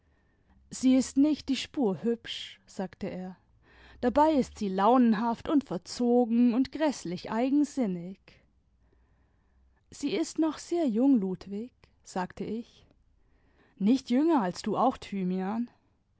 sie ist nicht die spur hübsch sagte er dabei ist sie launenhaft und verzogen und gräßlich eigensinnig sie ist noch sehr jung ludwig sagte ich nicht jünger als du auch thymian